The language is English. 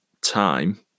time